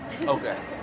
Okay